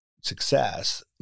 success